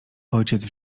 ojciec